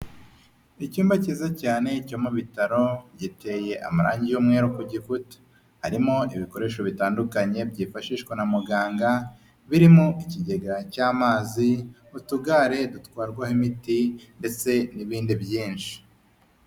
Icyumba cyiza cyane cyo mu bitaro, giteye amarangi y'umweru ku gikuta, harimo ibikoresho bitandukanye byifashishwa na muganga, birimo ikigega cy'amazi, utugare dutwarwaho imiti ndetse n'ibindi byinshi.